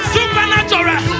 Supernatural